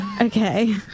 Okay